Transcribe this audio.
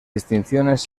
distinciones